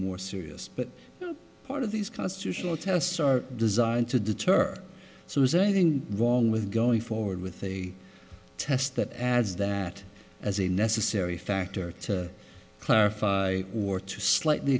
more serious but part of these constitutional tests are designed to deter so is anything wrong with going forward with a test that adds that as a necessary factor to clarify or to slightly